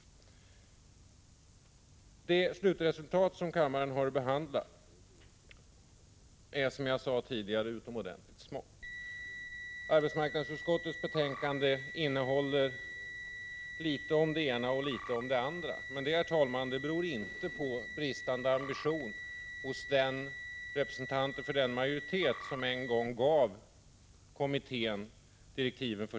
Som jag tidigare sade är det slutresultat som kammaren har att behandla utomordentligt magert. Arbetsmarknadsutskottets betänkande innehåller litet om det ena och litet om det andra. Men det beror inte på bristande ambition hos representanter för den förutvarande majoritet som en gång gav kommittén dess direktiv.